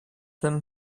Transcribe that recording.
them